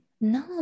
no